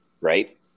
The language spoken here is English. right